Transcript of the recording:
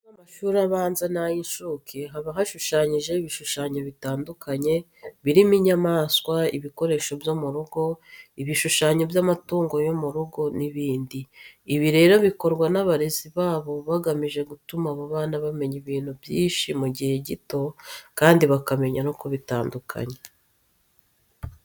Ku nkuta z'amashuri abanza n'ay'incuke haba hashushanyijeho ibishushanyo bitandukanye birimo inyamaswa, ibikoresho byo mu rugo, ibishushanyo by'amatungo yo mu rugo n'ibindi. Ibi rero bikorwa n'abarezi babo bagamije gutuma aba bana bamenya ibintu byinshi mu gihe gito kandi bakamenya no kubitandukanya.